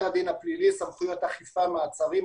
הדין הפלילי (סמכויות אכיפה מעצרים),